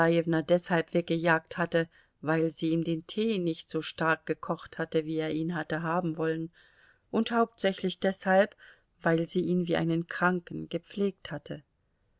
deshalb weggejagt hatte weil sie ihm den tee nicht so stark gekocht hatte wie er ihn hatte haben wollen und hauptsächlich deshalb weil sie ihn wie einen kranken gepflegt hatte